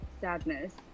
Sadness